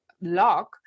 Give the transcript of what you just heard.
lock